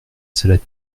salade